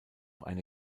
eine